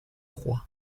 croix